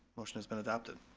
motion has been adopted.